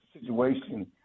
situation